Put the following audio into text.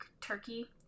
turkey